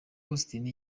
austin